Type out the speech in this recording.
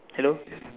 hello